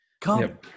Come